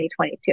2022